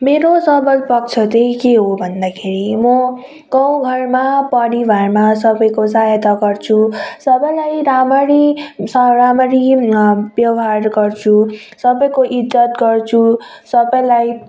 मेरो सबल पक्ष चाहिँ के हो भन्दाखेरि म गाउँघरमा परिवारमा सबैको सहायता गर्छु सबैलाई राम्ररी स राम्ररी व्यवहार गर्छु सबैको इज्जत गर्छु सबैलाई